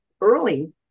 early